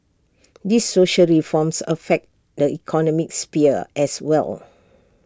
these social reforms affect the economic sphere as well